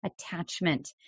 attachment